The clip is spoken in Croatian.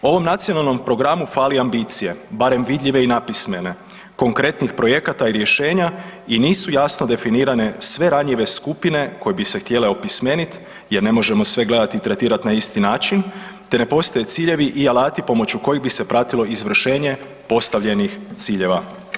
Ovom nacionalnom programu fali ambicije, barem vidljive i napismene, konkretnih projekata i rješenja i nisu jasno definirane sve ranjive skupine koje bi se htjele opismenit jer ne možemo sve gledati i tretirati na isti način te ne postoje ciljevi i alati pomoću kojih bi se pratilo izvršenje postavljenih ciljeva.